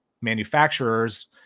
manufacturers